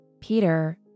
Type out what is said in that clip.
Peter